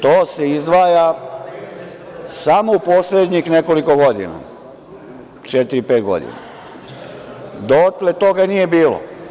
To se izdvaja samo u poslednjih nekoliko godina, četiri, pet godina, dotle toga nije bilo.